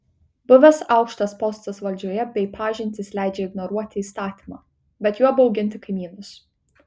buvęs aukštas postas valdžioje bei pažintys leidžia ignoruoti įstatymą bet juo bauginti kaimynus